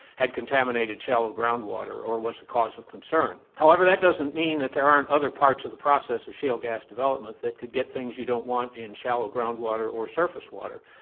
had contaminated shallow groundwater or was a cause of concern. however, that doesn't mean that there aren't other parts of the process of shale gas development that could get things you don't want in shallow groundwater or surface water,